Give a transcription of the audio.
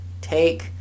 Take